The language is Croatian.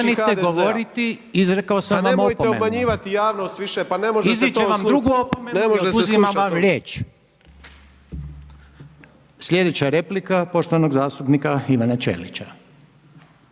Pa nemojte obmanjivati javnost više, pa ne može se to,